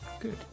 Good